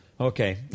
Okay